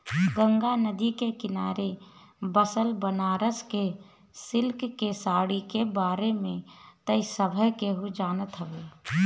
गंगा नदी के किनारे बसल बनारस के सिल्क के साड़ी के बारे में त सभे केहू जानत होई